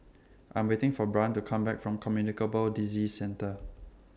I'm waiting For Brion to Come Back from Communicable Disease Centre